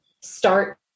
start